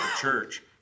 church